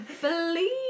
believe